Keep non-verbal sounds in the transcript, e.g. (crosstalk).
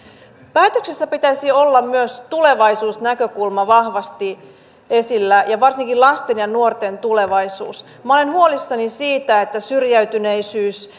päätöksissä pitäisi olla myös tulevaisuusnäkökulma vahvasti esillä ja varsinkin lasten ja nuorten tulevaisuus minä olen huolissani siitä että syrjäytyneisyys (unintelligible)